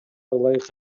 ылайык